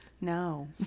no